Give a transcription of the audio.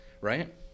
Right